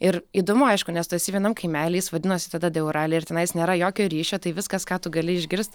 ir įdomu aišku nes tu esi vienam kaimely jis vadinosi tada deorali ir tenais nėra jokio ryšio tai viskas ką tu gali išgirst